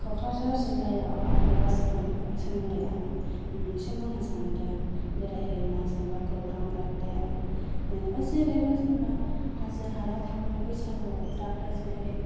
क'क्राझार जिल्लायाव आबहावानि सोमोन्दै आं मोनसे बुंनो सान्दों बेरायहैनाय जेनेबा गौरां गार्डेन जेनेबा जेरैबा जेनेबा हाजो हाला थांनाय बैसागुआव दाख्लै जेहाय